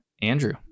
Andrew